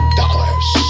dollars